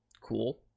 Cool